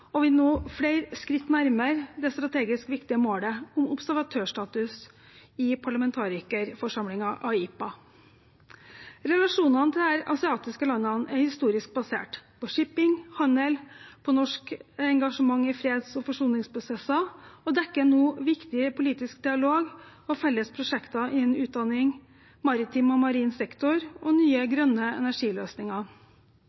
og vi er nå flere skritt nærmere det strategisk viktige målet om observatørstatus i parlamentarikerforsamlingen AIPA. Relasjonene til disse asiatiske landene er historisk basert, på shipping, på handel og på norsk engasjement i freds- og forsoningsprosesser, og dekker nå viktig politisk dialog og felles prosjekter innen utdanning, maritim og marin sektor og nye